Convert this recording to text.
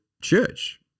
church